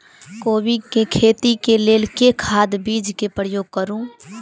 कोबी केँ खेती केँ लेल केँ खाद, बीज केँ प्रयोग करू?